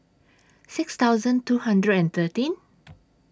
six thousand two hundred and thirteen